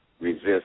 resist